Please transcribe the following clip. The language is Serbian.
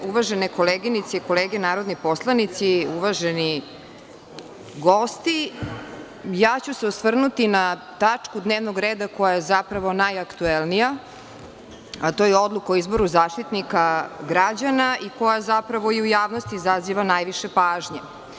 Uvažene koleginice i kolege narodni poslanici, uvaženi gosti, osvrnuću se na tačku dnevnog reda koja je zapravo najaktuelnija, a to je Odluka o izboru Zaštitnika građana, koja u javnosti izaziva najviše pažnje.